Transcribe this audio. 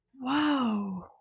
wow